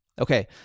Okay